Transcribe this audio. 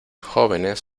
jóvenes